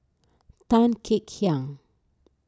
Tan Kek Hiang